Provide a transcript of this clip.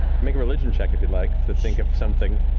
make a religion check if you'd like to think of something.